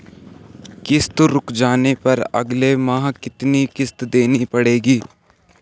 किश्त रुक जाने पर अगले माह कितनी किश्त देनी पड़ेगी?